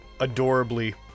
adorably